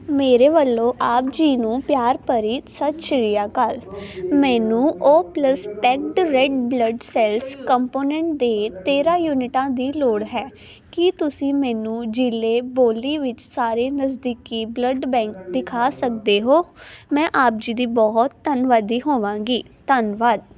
ਮੇਰੇ ਵੱਲੋਂ ਆਪ ਜੀ ਨੂੰ ਪਿਆਰ ਭਰੀ ਸਤਿ ਸ਼੍ਰੀ ਆਕਾਲ ਮੈਨੂੰ O plus packed red blood cells component ਦੇ ਤੇਰ੍ਹਾਂ ਯੂਨਿਟਾਂ ਦੀ ਲੋੜ ਹੈ ਕੀ ਤੁਸੀਂ ਮੈਨੂੰ ਜ਼ਿਲੇ ਬੋਲੀ ਵਿੱਚ ਸਾਰੇ ਨਜ਼ਦੀਕੀ ਬਲੱਡ ਬੈਂਕ ਦਿਖਾ ਸਕਦੇ ਹੋ ਮੈਂ ਆਪ ਜੀ ਦੀ ਬਹੁਤ ਧੰਨਵਾਦੀ ਹੋਵਾਂਗੀ ਧੰਨਵਾਦ